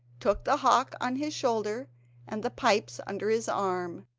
took the hawk on his shoulder and the pipes under his arm,